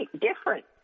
different